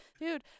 dude